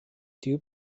tiu